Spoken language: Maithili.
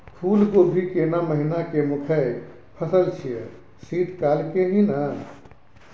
फुल कोबी केना महिना के मुखय फसल छियै शीत काल के ही न?